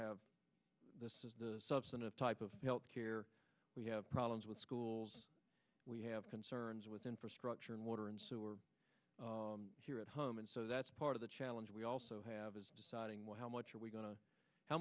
have the substantive type of healthcare we have problems with schools we have concerns with infrastructure and water and sewer here at home and so that's part of the challenge we also have is deciding well how much are we go